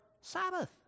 Sabbath